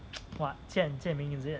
what 见 jian ming is it